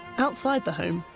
outside the home,